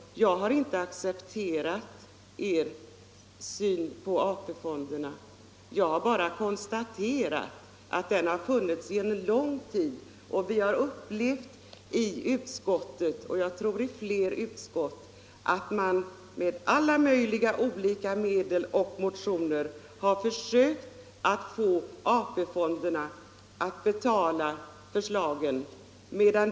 Jag har inte accepterat er syn på AP-fonderna. Jag har bara konstaterat att den har funnits under lång tid. Vi har upplevt i utskottet — och jag tror ledamöterna i fler utskott — att man från ert partis sida med alla möjliga medel, bl.a. motioner, har försökt att få AP-fonderna att betala förslagen.